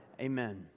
Amen